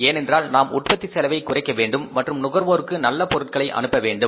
ஏனென்றால் நாம் உற்பத்தி செலவை குறைக்க வேண்டும் மற்றும் நுகர்வோருக்கு நல்ல பொருட்களை அனுப்ப வேண்டும்